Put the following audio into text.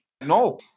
no